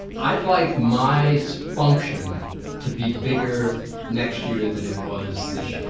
i'd like my so function to be bigger next year than it was this